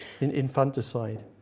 infanticide